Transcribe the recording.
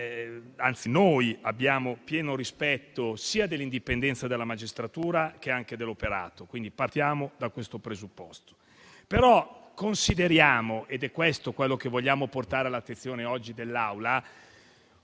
Anzi, noi abbiamo pieno rispetto sia dell'indipendenza della magistratura che anche del suo operato. Partiamo da questo presupposto. Consideriamo, però, ed è questo quello che vogliamo portare oggi all'attenzione dell'Aula,